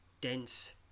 dense